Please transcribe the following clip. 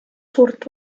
suurt